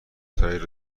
تایر